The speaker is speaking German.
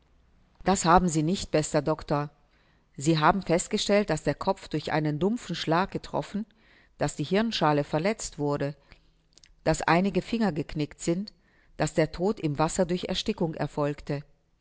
das haben sie nicht bester doctor sie haben festgestellt daß der kopf durch einen dumpfen schlag getroffen daß die hirnschale verletzt wurde daß einige finger geknickt sind daß der tod im wasser durch erstickung erfolgte